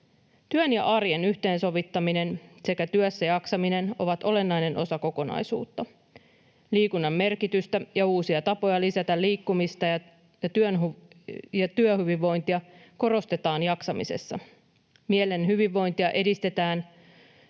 Työn ja arjen yhteensovittaminen sekä työssäjaksaminen ovat olennainen osa kokonaisuutta. Liikunnan merkitystä ja uusia tapoja lisätä liikkumista ja työhyvinvointia korostetaan jaksamisessa. Mielen hyvinvointia edistetään